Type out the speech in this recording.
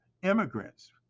Immigrants